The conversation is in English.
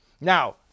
Now